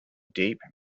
deep